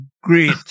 great